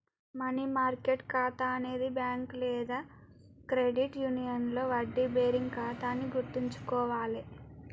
money market ఖాతా అనేది bank లేదా క్రెడిట్ యూనియన్లో వడ్డీ బేరింగ్ ఖాతా అని గుర్తుంచుకోవాలే